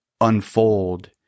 unfold